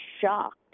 shocked